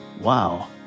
wow